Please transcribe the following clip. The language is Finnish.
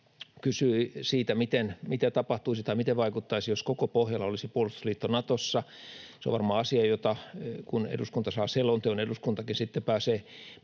kysyi siitä, mitä tapahtuisi tai miten vaikuttaisi, jos koko Pohjola olisi puolustusliitto Natossa. Se on varmaan asia, jota eduskuntakin pääsee